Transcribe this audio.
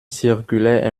circulaire